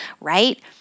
right